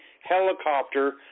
helicopter